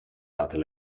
laten